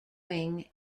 wing